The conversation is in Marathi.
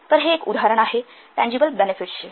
तर हे एक उदाहरण आहे टँजिबल बेनेफिट्सचे